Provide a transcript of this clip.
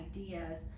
ideas